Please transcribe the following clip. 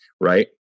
Right